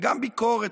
וגם ביקורת,